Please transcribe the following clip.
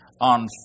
on